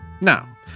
Now